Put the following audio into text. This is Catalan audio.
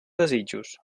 desitjos